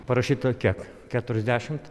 parašyta kiek keturiasdešimt